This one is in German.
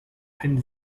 ein